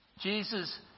Jesus